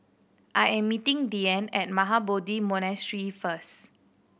I am meeting Diann at Mahabodhi Monastery first